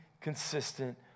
consistent